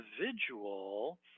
individual